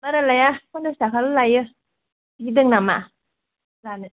बारा लाया पनसास ताकाल' लायो गिदों नामा लानो